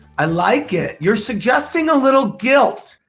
i like it. you're suggesting a little guilt.